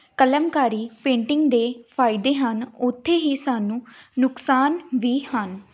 Kalamkari painting ਦੇ ਫਾਇਦੇ ਹਨ ਉੱਥੇ ਹੀ ਸਾਨੂੰ ਨੁਕਸਾਨ ਵੀ ਹਨ